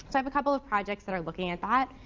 i have a couple of projects that are looking at that.